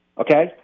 okay